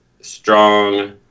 strong